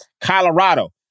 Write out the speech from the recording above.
Colorado